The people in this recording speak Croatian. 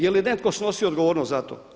Jeli netko snosio odgovornosti za to?